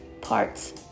parts